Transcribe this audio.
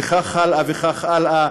וכך הלאה וכך הלאה,